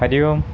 हरिः ओं